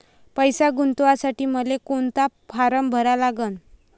पैसे गुंतवासाठी मले कोंता फारम भरा लागन?